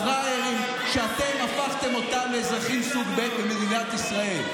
הפראיירים שאתם הפכתם אותם לאזרחים סוג ב' במדינת ישראל.